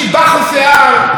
אני אוהב את הנאומים שלו.